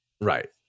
Right